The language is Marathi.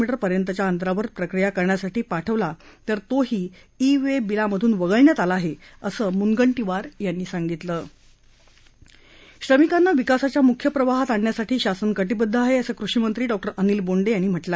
मी पर्यंतच्या अंतरावर प्रक्रिया करण्यासाठी पाठवला तर तोही ई वे बिलामधून वगळण्यात आला आहे असं म्नगंटीवार यांनी सांगितलं श्रमिकांना विकासाच्या मुख्य प्रवाहात आणण्यासाठी शासन कटिबदध आहे असं कृषिमंत्री डॉ अनिल बोंडे यांनी सांगितलं